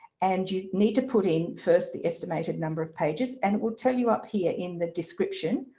and you need to put in first the estimated number of pages and it will tell you up here in the description.